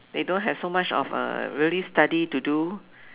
they don't have so much of a really study to do